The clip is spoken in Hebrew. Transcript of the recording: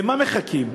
למה מחכים?